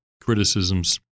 criticisms